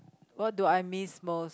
what do I miss most